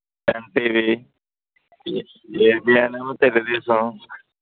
NTV ABN ఏమో తెలుగుదేశం